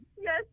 Yes